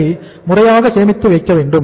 அதை முறையாக சேமித்து வைக்கவேண்டும்